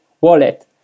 wallet